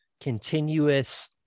continuous